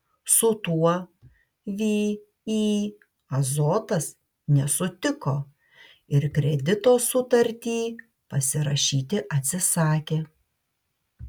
su tuo vį azotas nesutiko ir kredito sutartį pasirašyti atsisakė